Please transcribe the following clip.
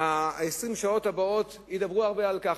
20 השעות הבאות ידברו על כך,